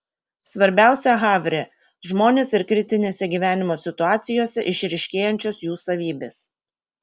svarbiausia havre žmonės ir kritinėse gyvenimo situacijose išryškėjančios jų savybės